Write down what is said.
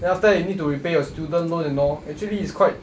then after that you need to repay your student loan and all actually it's quite